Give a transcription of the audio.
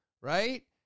right